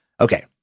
Okay